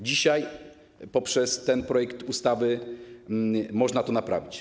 Dzisiaj poprzez ten projekt ustawy można to naprawić.